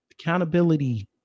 Accountability